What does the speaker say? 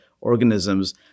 organisms